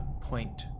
point